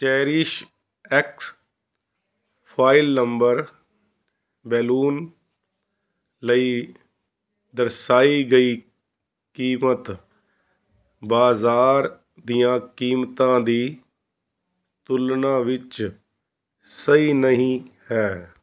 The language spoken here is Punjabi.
ਚੇਰੀਸ਼ਐਕਸ ਫੁਆਇਲ ਨੰਬਰ ਬੈਲੂਨ ਲਈ ਦਰਸਾਈ ਗਈ ਕੀਮਤ ਬਾਜ਼ਾਰ ਦੀਆਂ ਕੀਮਤਾਂ ਦੀ ਤੁਲਨਾ ਵਿੱਚ ਸਹੀ ਨਹੀਂ ਹੈ